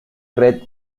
red